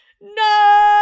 No